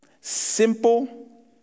Simple